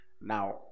Now